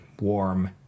warm